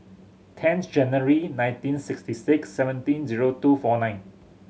tenth January nineteen sixty six seventeen zero two four nine